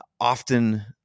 often